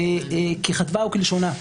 ככתבה וכלשונה.